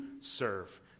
serve